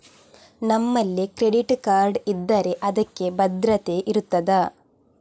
ನಮ್ಮಲ್ಲಿ credit card ಇದ್ದರೆ ಅದಕ್ಕೆ ಭದ್ರತೆ ಇರುತ್ತದಾ?